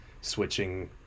switching